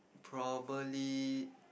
probably